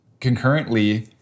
concurrently